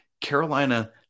Carolina